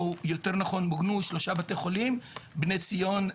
יותר נכון מוגנו שלושה בתי חולים: בני ציון,